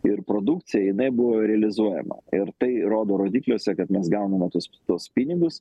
ir produkcija jinai buvo realizuojama ir tai rodo rodikliuose kad mes gauname tuos tuos pinigus